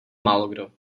málokdo